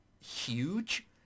huge